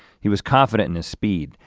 he was confident in his speed,